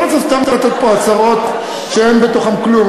אני לא רוצה סתם לתת פה הצהרות שאין בהן כלום,